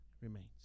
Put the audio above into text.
remains